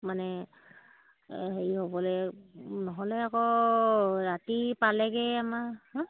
মানে হেৰি হ'বলৈ নহ'লে আকৌ ৰাতি পালেগৈ আমাৰ হা